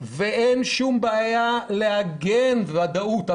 ואין שום בעיה לעגן ודאות.